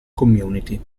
community